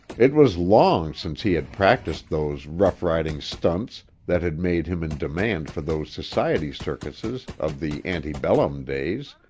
it was long since he had practiced those rough-riding stunts that had made him in demand for those society circuses of the ante-bellum days,